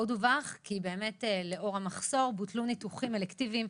עוד דווח כי בשל המחסור בוטלו ניתוחים אלקטיביים